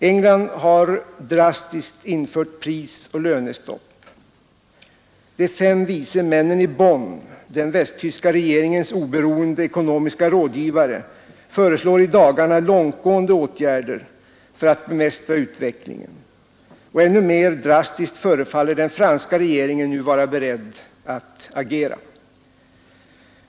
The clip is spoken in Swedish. England har drastiskt infört prisoch lönestopp, de fem vice männen i Bonn — den västtyska regeringens oberoende ekonomiska rådgivare — föreslår i dagarna, långtgående åtgärder för att bemästra utvecklingen, och ännu mer drastiskt förefaller den franska regeringen vara beredd att agera.